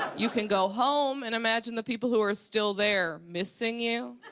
you can go home and imagine the people who are still there missing you.